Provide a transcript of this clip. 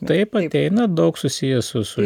taip ateina daug susijęs su su